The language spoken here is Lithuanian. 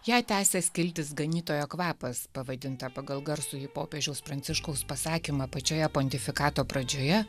ją tęsia skiltis ganytojo kvapas pavadinta pagal garsųjį popiežiaus pranciškaus pasakymą pačioje pontifikato pradžioje